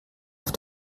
auf